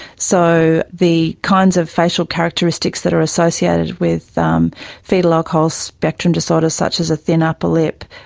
so the kinds of facial characteristics that are associated with um foetal alcohol spectrum disorder, such as a thin upper lip,